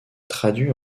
traduit